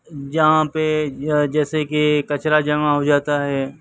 جہاں پہ جیسے کہ کچرا جمع ہوجاتا ہے